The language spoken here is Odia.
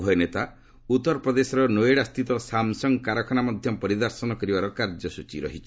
ଉଭୟ ନେତା ଉତ୍ତରପ୍ରଦେଶର ନୋଏଡା ସ୍ଥିତ ସାମସଙ୍ଗ କାରଖାନା ମଧ୍ୟ ପରିଦର୍ଶନ କରିବାର କାର୍ଯ୍ୟସୂଚୀ ରହିଛି